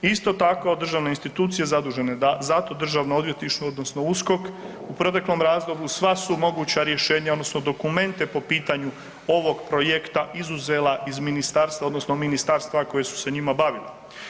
Isto tako državne institucije zadužene za to, državno odvjetništvo odnosno USKOK u proteklom razdoblju sva su moguća rješenja odnosno dokumente po pitanju ovog projekta izuzela iz ministarstva odnosno ministarstava koja su se njima bavila.